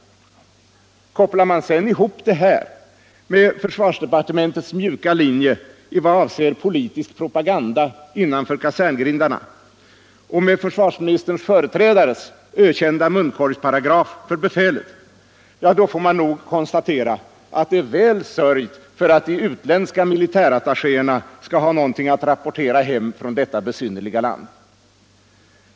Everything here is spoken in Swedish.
Kopplar man sedan ihop det här med försvarsdepartementets mjuka linje i vad avser politisk propaganda innanför kaserngrindarna och med försvarsministerns företrädares öl da munkorgsparagraf för befälet, får man nog konstatera att det är väl sörjt för att de utländska militärattachéerna skall ha någonting att rapportera hem från detta besynnerliga land.